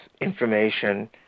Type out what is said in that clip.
information